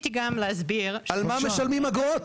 על מה משלמים אגרות?